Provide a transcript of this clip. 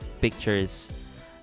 pictures